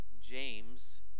James